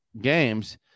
games